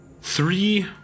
three